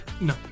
No